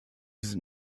sind